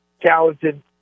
talented